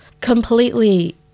completely